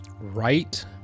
right